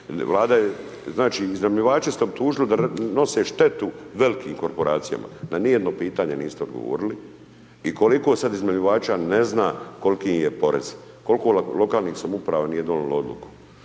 Vlada je, znači iznajmljivače ste optužili da nose štetu velikim korporacijama, na ni jedno pitanje niste odgovorili, i koliko sad iznajmljivača ne zna kol'ki im je porez, kol'ko lokalnih samouprava nije donilo Odluku,